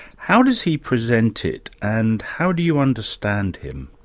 how does he present it, and how do you understand him?